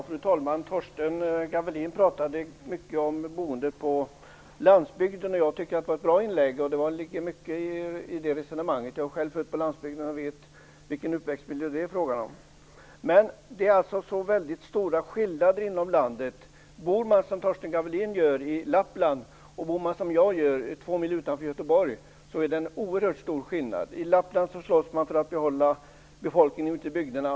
Fru talman! Torsten Gavelin talade mycket om boendet på landsbygden. Jag tycket att det var ett bra inlägg. Det ligger mycket i det resonemanget. Jag är själv född på landsbygden och jag känner till den uppväxtmiljön. Men det finns stora skillnader inom landet. Bor man som Torsten Gavelin i Lappland eller om man bor som jag gör - 2 mil utanför Göteborg - innebär det en oerhört stor skillnad. I Lappland slås man för att befolkningen skall kunna behållas ute i bygderna.